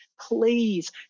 Please